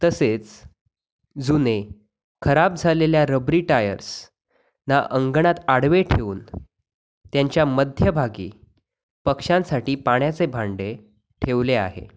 तसेच जुने खराब झालेल्या रबरी टायर्सना अंगणात आडवे ठेऊन त्यांच्या मध्यभागी पक्ष्यांसाठी पाण्याचे भांडे ठेवले आहे